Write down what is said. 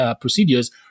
procedures